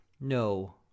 No